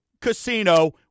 casino